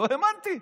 לא האמנתי.